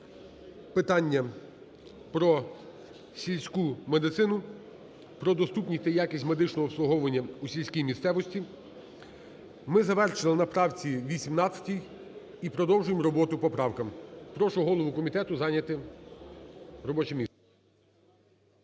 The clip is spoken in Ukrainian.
питання про сільську медицину, про доступність та якість медичного обслуговування у сільській місцевості. Ми завершили на правці 18, і продовжуємо роботу по правкам. Прошу голову комітету зайняти робоче місце.